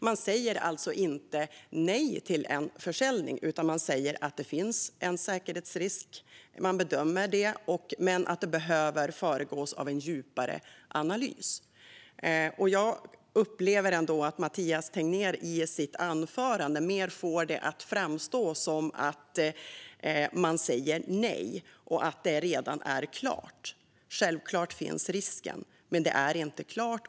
Man säger alltså inte nej till en försäljning, men man gör bedömningen att det finns en säkerhetsrisk och att detta behöver föregås av en djupare analys. Mathias Tegnér fick det i sitt anförande mer att framstå som att man säger nej och att det redan är klart - det var min upplevelse. Självklart finns risken, men det är inte klart.